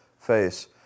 face